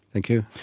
thank you.